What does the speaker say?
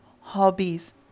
hobbies